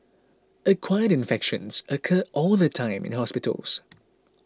acquired infections occur all the time in hospitals